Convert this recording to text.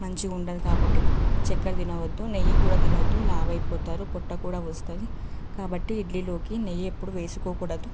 మంచిగా ఉండదు కాబట్టి చక్కెర తినవద్దు నెయ్యి కూడా తినవద్దు లావు అయిపోతారు పొట్ట కూడా వస్తుంది కాబట్టి ఇడ్లీలోకి నెయ్యి ఎప్పుడు వేసుకోకూడదు